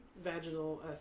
vaginal